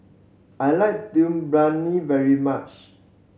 I like Dum Briyani very much